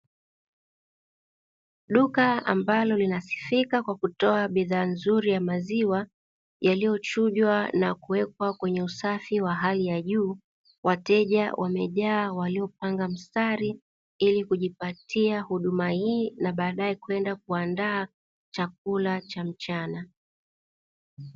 Duka ambalo linasifika kwa kutoa bidhaa nzuri ya maziwa yaliyochujwa na kuwekwa kwenye usafi wa hali ya juu, wateja wamejaa waliopanga mstari ili kujipatia huduma hii na baadaye kwenda kuandaa chakula cha mchana.